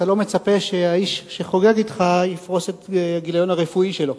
אתה לא מצפה שהאיש שחוגג אתך יפרוס את הגיליון הרפואי שלו.